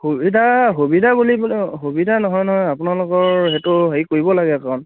সুবিধা সুবিধা বুলিবলৈ সুবিধা নহয় নহয় আপোনালোকৰ সেইটো হেৰি কৰিব লাগে কাৰণ